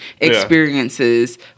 experiences